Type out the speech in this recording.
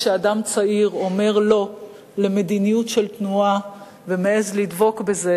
כשאדם צעיר אומר לא למדיניות של תנועה ומעז לדבוק בזה,